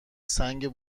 سنگ